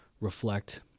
reflect